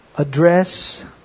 address